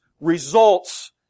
results